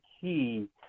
key